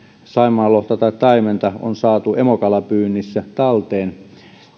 saimaanlohta tai taimenta on saatu emokalapyynnissä talteen